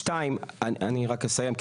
שתיים אני רק אסיים,